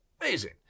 Amazing